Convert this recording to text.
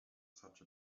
such